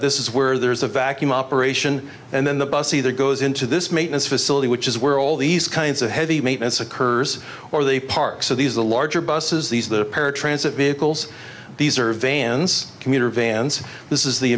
this is where there's a vacuum operation and then the bus either goes into this maintenance facility which is where all these kinds of heavy maintenance occurs or they park so these the larger buses these are the paratransit vehicles these are vans commuter vans this is the